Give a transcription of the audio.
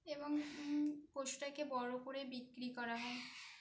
এবং পশুটাকে বড়ো করে বিক্রি করা হয়